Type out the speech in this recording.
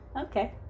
Okay